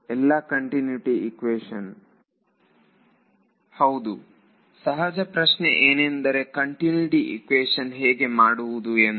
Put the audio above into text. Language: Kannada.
ವಿದ್ಯಾರ್ಥಿ ಎಲ್ಲಾ ಕಂಟ್ಯುನಿಟಿ ಇಕ್ವೇಶನ್ ಹೌದು ಸಹಜ ಪ್ರಶ್ನೆ ಏನೆಂದರೆ ಕಂಟ್ಯುನಿಟಿ ಇಕ್ವೇಶನ್ ಹೇಗೆ ಮಾಡುವುದು ಎಂದು